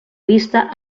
vista